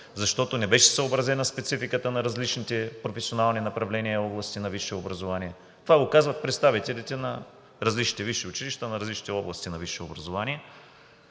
защото не беше съобразена спецификата на различните професионални направления и области на висше образование – това го казват представителите на различните висши училища и на различните области на висше образование.